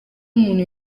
umuntu